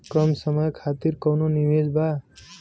कम समय खातिर कौनो निवेश बा?